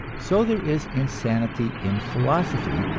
so there is insanity in philosophy,